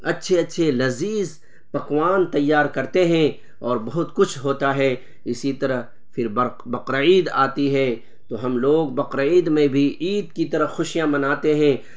اچھے اچھے لذیذ پکوان تیار کرتے ہیں اور بہت کچھ ہوتا ہے اسی طرح پھر بقر بقرعید آتی ہے تو ہم لوگ بقرعید میں بھی عید کی طرح خوشیاں مناتے ہیں